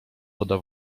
woda